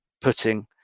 putting